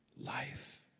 Life